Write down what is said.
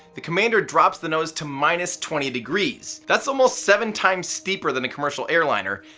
the commander drops the nose to minus twenty degrees, that's almost seven times steeper than a commercial airliner,